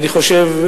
אני חושב,